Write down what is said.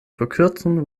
verkürzen